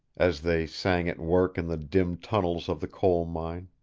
as they sang at work in the dim tunnels of the coal-mine,